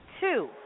Two